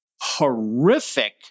horrific